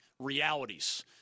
realities